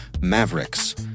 Mavericks